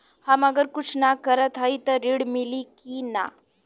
हम अगर कुछ न करत हई त ऋण मिली कि ना?